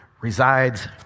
resides